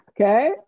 Okay